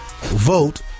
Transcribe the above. vote